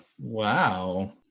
Wow